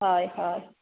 হয় হয়